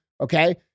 okay